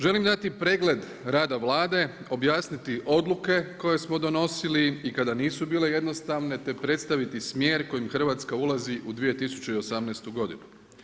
Želim dati pregled rada Vlade, objasniti odluke koje smo donosili i kada nisu bile jednostavne te predstaviti smjer kojom Hrvatska ulazi u 2018. godinu.